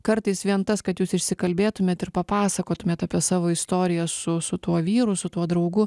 kartais vien tas kad jūs išsikalbėtumėm ir papasakotumėt apie savo istoriją su su tuo vyru su tuo draugu